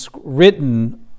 written